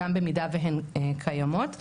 גם במידה והזכויות האלה קיימות.